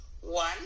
one